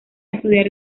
estudiar